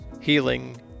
Healing